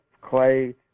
Clay